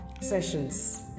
sessions